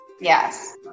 Yes